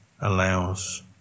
allows